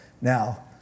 Now